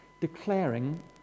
declaring